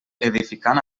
edificant